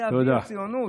זה אבי הציונות?